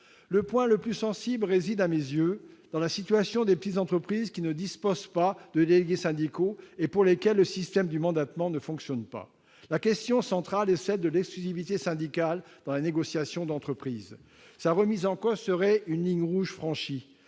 Le point le plus sensible réside, à mes yeux, dans la situation des petites entreprises qui ne disposent pas de délégués syndicaux et pour lesquelles le système du mandatement ne fonctionne pas. La question centrale est celle de l'exclusivité syndicale dans la négociation d'entreprise. La remettre en cause serait franchir